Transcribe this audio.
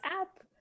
app